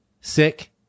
sick